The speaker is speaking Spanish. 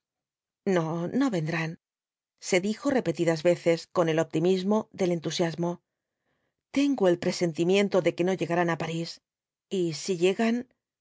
no no vendrán se dijo repetidas veces con el optimismo del entusiasmo tengo el presentimiento de que no llegarán á parís y si llegan